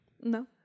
No